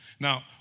Now